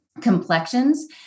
complexions